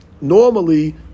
normally